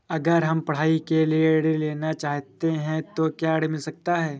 अगर हम पढ़ाई के लिए ऋण लेना चाहते हैं तो क्या ऋण मिल सकता है?